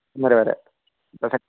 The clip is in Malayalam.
മൂന്നര വരെ ഇടയ്ക്ക്